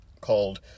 called